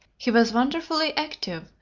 he was wonderfully active,